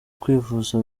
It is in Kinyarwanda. kwivuza